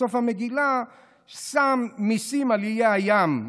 בסוף המגילה שם מיסים על איי הים.